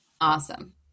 Awesome